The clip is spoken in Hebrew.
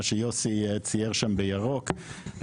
מה שיוסי צייר שם בירוק,